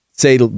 say